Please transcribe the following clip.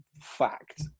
fact